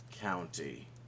county